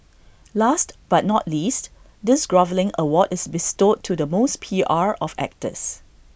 last but not least this groveling award is bestowed to the most P R of actors